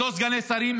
אותם סגני שרים,